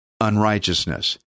unrighteousness